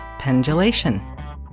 pendulation